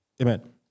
Amen